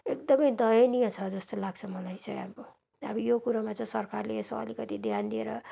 एकदम दयनीय छ जस्तो लाग्छ मलाई चाहिँ अब अब यो कुरोमा चाहिँ सरकारले यसो अलिकति ध्यान दिएर